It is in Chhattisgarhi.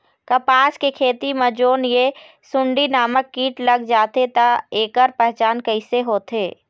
कपास के खेती मा जोन ये सुंडी नामक कीट लग जाथे ता ऐकर पहचान कैसे होथे?